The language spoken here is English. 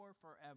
forever